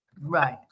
right